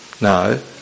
No